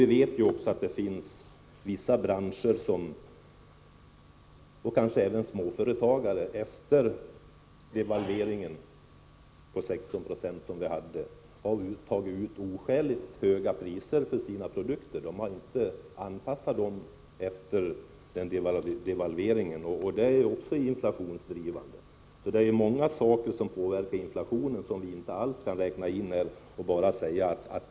Vi vet också att vissa branscher och kanske även småföretag efter devalveringen på 16 90 har tagit ut oskäligt höga priser för sina produkter. De har inte anpassat dem till devalveringen, vilket också är en inflationsdrivande faktor.